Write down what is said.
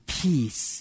peace